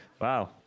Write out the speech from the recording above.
wow